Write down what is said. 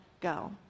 go